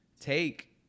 take